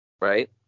right